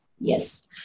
Yes